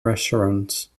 restaurants